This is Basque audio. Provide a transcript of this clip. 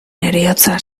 heriotza